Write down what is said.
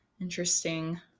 Interesting